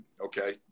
okay